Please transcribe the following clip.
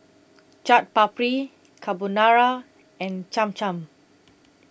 Chaat Papri Carbonara and Cham Cham